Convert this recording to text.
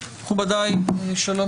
מכובדיי, שלום